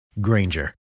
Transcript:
Granger